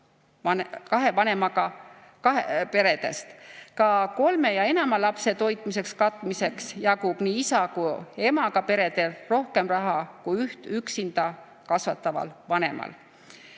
kahe vanemaga peredest. Kolme ja enama lapse toitmiseks-katmiseks jagub nii isa kui ka emaga peredel rohkem raha kui üht üksinda kasvataval vanemal.